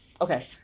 okay